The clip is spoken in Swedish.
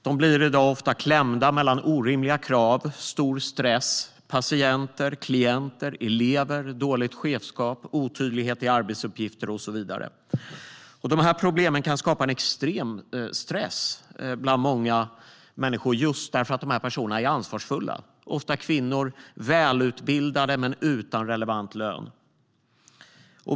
De blir i dag ofta klämda mellan orimliga krav, stor stress, patienter, klienter, elever, dåligt chefskap, otydlighet i arbetsuppgifter och så vidare. Dessa problem kan skapa en extrem stress bland många ansvarsfulla människor, ofta kvinnor, som är välutbildade men inte har relevant lön.